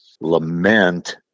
lament